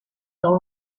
dans